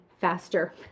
faster